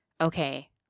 okay